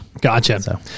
Gotcha